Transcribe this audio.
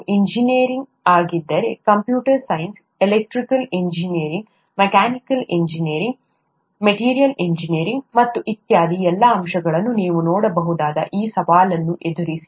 ನೀವು ಇಂಜಿನಿಯರ್ ಆಗಿದ್ದರೆ computer science electrical engineering mechanical engineering material engineering ಮತ್ತು ಇತ್ಯಾದಿ ಎಲ್ಲಾ ಅಂಶಗಳನ್ನು ನೀವು ನೋಡಬಹುದು ಈ ಸವಾಲನ್ನು ಎದುರಿಸಿ